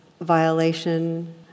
violation